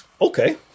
Okay